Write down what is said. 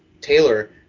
Taylor